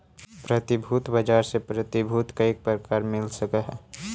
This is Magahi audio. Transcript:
प्रतिभूति बाजार से प्रतिभूति कईक प्रकार मिल सकऽ हई?